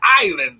island